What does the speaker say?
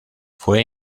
fue